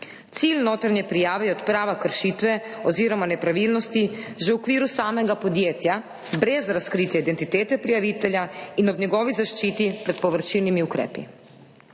Cilj notranje prijave je odprava kršitve oziroma nepravilnosti že v okviru samega podjetja brez razkritja identitete prijavitelja in ob njegovi zaščiti pred povračilnimi ukrepi.